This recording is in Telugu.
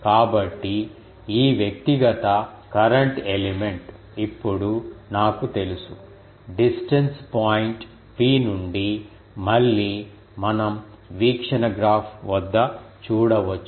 కాబట్టి ఈ వ్యక్తిగత కరెంట్ ఎలిమెంట్ ఇప్పుడు నాకు తెలుసు డిస్టెన్స్ పాయింట్ P నుండి మళ్ళీ మనం వీక్షణ గ్రాఫ్ వద్ద చూడవచ్చు